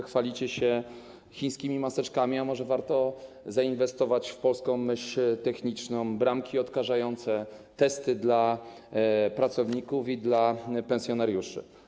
Chwalcie się chińskimi maseczkami, a może warto zainwestować w polską myśl techniczną, bramki odkażające, testy dla pracowników i dla pensjonariuszy.